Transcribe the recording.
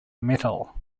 metal